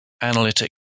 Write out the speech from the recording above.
analytic